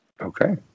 Okay